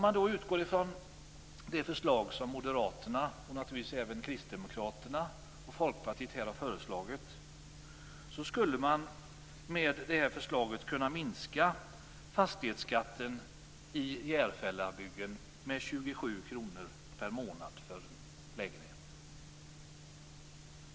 Med förslaget från Moderaterna, Kristdemokraterna och Folkpartiet skulle man kunna minska fastighetsskatten för en lägenhet i Järfällabygden med 27 kr per månad.